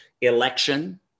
election